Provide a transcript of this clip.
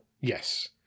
Yes